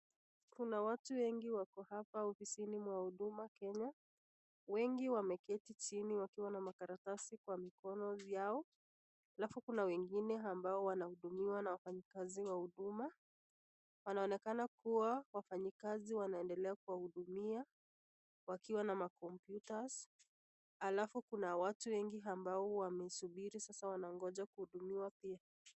Kuna watu wengi wako hapa ofisini mwa huduma kenya, wengi wameketi chini wakiwa na makaratasi kwa mikono yao, halafu kuna wengine ambao wanahudumiwa na wafanyikazi wa huduma. Wanaonekana kuwa wafanyikazi wanaendelea kuwahudumia wakiwa na makompyuta halafu kuna watu wengi ambao wameisubiri sasa wanangoja kuhudumiwa pia.